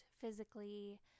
physically